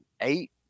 eight